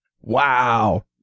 wow